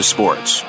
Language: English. Sports